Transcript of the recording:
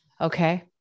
Okay